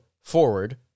forward